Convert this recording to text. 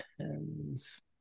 tens